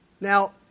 Now